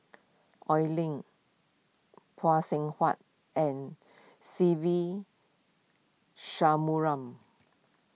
Oi Lin Phay Seng Whatt and Se Ve